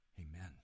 Amen